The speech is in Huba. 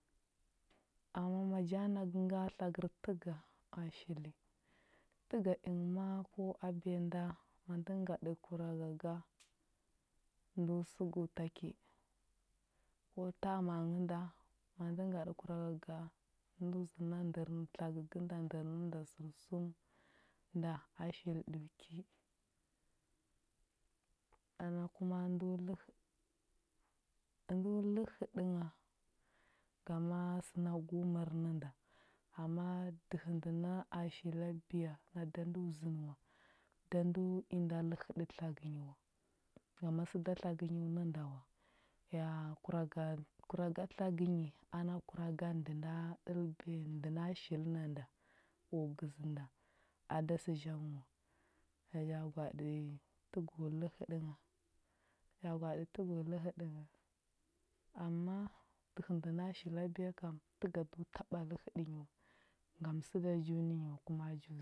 Amma ja nagə nga tlagər təga a shili. Təga ingə ma a ko a biya nda, ma ndə gaɗə kuraga ga, ndo səgwo ta ki. Ko ta ma ngə nda, ma ndə ngaɗə kuraga ga ndo zənə na ndər tlagə gə da ndər nə nda sərsum nda a shiliɗə o ki ana kuma ndo ləhəɗə ndo ləhəɗə ngha, ngama sə na go mər nə nda. Amma dəhə ndə na a shili a biya a da ndo zənə wa. Da ndo i nda ləhəɗə tlagə yi wa, ngama sə da tlagə nyi o nə nda wa, ya kuraga kuraga tlagə nyi ana kuraga ndə na ɗəlbiya ndə na shili na da o gəzə nda, a da sə zhang wa. Naja gwaɗi təgo ləhəɗə ngha naja gwaɗi təgo ləhəɗə ngha. Amma dəhə ndə na shila biya pam təga do taɓa ləhəɗə nyi wa, ngam sə da ju nə nyi wa, kuma jə